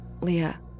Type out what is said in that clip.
Leah